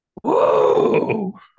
Whoa